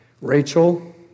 Rachel